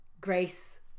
Grace